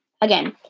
Again